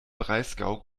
breisgau